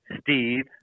Steve